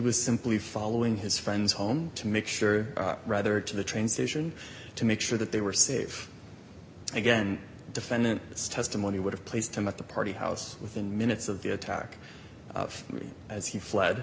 was simply following his friends home to make sure rather to the train station to make sure that they were safe again defendant this testimony would have placed him at the party house within minutes of the attack as he fled